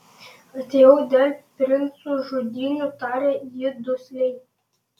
atėjau dėl princų žudynių tarė ji dusliai